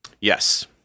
Yes